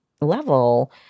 level